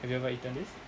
have you ever eaten this